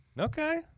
Okay